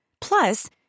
Plus